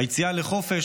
היציאה לחופש,